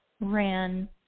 ran